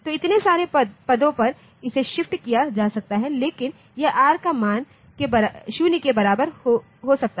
तो इतने सारे पदों पर इसे शिफ्ट किया जा सकता है लेकिन यह r का मान 0 के बराबर हो सकता है